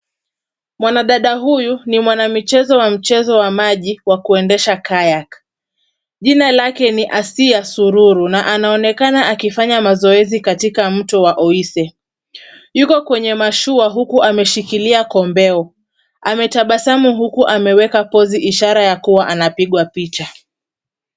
Mwanadada huyu ni mwanamichezo wa mchezo ya maji wa kuendesha Kayak . Jina yake ni Asiya Sururu na anaonekana akifanya mazoezi katika mto wa Oise. Yuko kwenye mashua huku ameshikilia kombeo. Ametabasamu huku ameweka pozi ishara ya kuwa anapigwa picha.